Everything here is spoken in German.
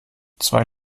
zwei